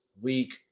week